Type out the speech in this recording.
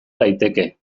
daiteke